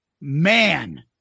man